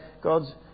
God's